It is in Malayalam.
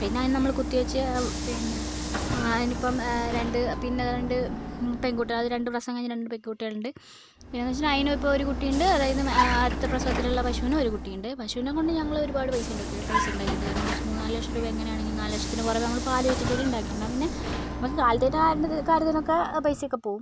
പിന്നെ അതിനെ നമ്മൾ കുത്തിവെച്ച് പിന്നെ അതിനിപ്പം രണ്ട് പിന്നെ രണ്ട് പെൺകുട്ടികൾ രണ്ട് പ്രസവം കഴിഞ്ഞ് രണ്ട് പെൺകുട്ടികളുണ്ട് പിന്നെയെന്നു വെച്ചിട്ടുണ്ടെങ്കിൽ അതിനു ഇപ്പോൾ ഒരു കുട്ടി ഉണ്ട് അതായത് അടുത്ത പ്രസവത്തിലുള്ള പശുവിനും ഒരു കുട്ടിയുണ്ട് പശുവിനെക്കൊണ്ട് ഞങ്ങൾ ഒരുപാട് പൈസ ഉണ്ടാക്കി പൈസ ഉണ്ടാക്കിയിട്ടുണ്ട് കാരണമെന്താ വെച്ചാൽ മൂന്നാലു ലക്ഷം രൂപ എങ്ങനെ ആണെങ്കിലും നാലു ലക്ഷത്തിനു പുറമെ നമ്മൾ പാൽ വിറ്റിട്ടു തന്നെ ഉണ്ടാക്കിയിട്ടുണ്ട് പിന്നെ നമുക്ക് കാലിതത്തീറ്റേൻ്റെ ഇത് കാര്യത്തിനൊക്കെ പൈസയൊക്കെ പോകും